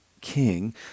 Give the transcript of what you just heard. king